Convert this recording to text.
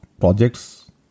projects